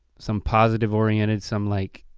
some positive-oriented, some like,